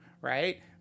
right